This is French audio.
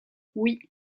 oui